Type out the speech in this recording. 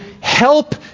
help